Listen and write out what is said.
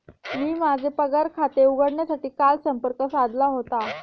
मी माझे पगार खाते उघडण्यासाठी काल संपर्क साधला होता